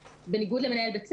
בניגוד למנהל בית ספר,